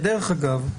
כדרך אגב,